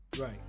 Right